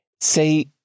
say